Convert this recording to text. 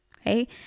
Okay